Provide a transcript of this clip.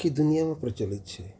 આખી દુનિયામાં પ્રચલિત છે